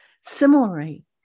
Similarly